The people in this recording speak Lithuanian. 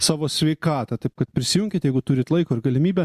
savo sveikatą taip kad prisijunkit jeigu turit laiko ir galimybę